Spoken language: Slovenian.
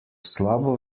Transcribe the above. slabo